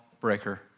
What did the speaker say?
breaker